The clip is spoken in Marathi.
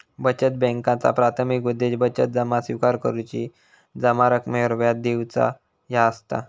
बचत बॅन्कांचा प्राथमिक उद्देश बचत जमा स्विकार करुची, जमा रकमेवर व्याज देऊचा ह्या असता